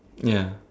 ya